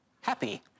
happy